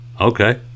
Okay